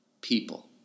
people